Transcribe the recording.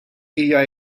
hija